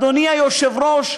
אדוני היושב-ראש,